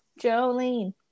Jolene